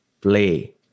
play